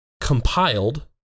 compiled